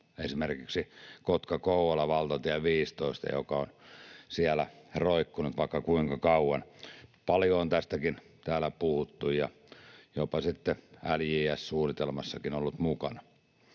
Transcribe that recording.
15:tä Kotka—Kouvola, joka on siellä roikkunut vaikka kuinka kauan. Paljon on tästäkin täällä puhuttu, ja jopa sitten LJS-suunnitelmassakin tämä on ollut mukana.